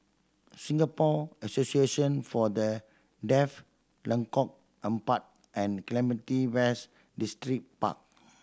Singapore Association For The Deaf Lengkok Empat and Clementi West Distripark